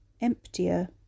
emptier